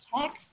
Tech